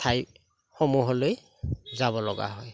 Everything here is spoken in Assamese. ঠাইসমূহলৈ যাব লগা হয়